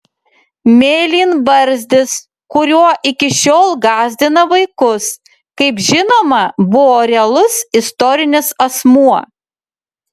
mėlynbarzdis kuriuo iki šiol gąsdina vaikus kaip žinoma buvo realus istorinis asmuo